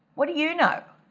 what do you know?